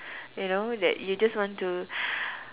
you know that you just want to